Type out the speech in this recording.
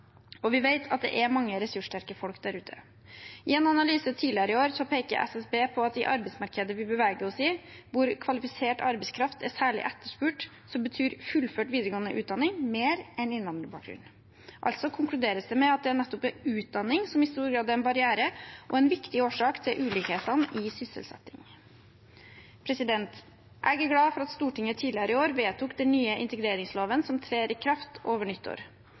og samfunnet. Og vi vet at det er mange ressurssterke folk der ute. I en analyse tidligere i år peker SSB på at i arbeidsmarkedet vi beveger oss i, hvor kvalifisert arbeidskraft er særlig etterspurt, betyr fullført videregående utdanning mer enn innvandrerbakgrunn. Altså konkluderes det med at det nettopp er utdanning som i stor grad er en barriere og en viktig årsak til ulikhetene i sysselsetting. Jeg er glad for at Stortinget tidligere i år vedtok den nye integreringsloven som trer i kraft over nyttår.